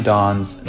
Dawn's